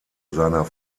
seiner